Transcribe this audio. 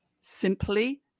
simply